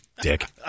Dick